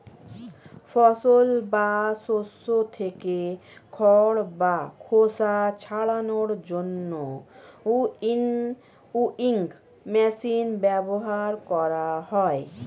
ফসল বা শস্য থেকে খড় বা খোসা ছাড়ানোর জন্য উইনউইং মেশিন ব্যবহার করা হয়